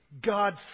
God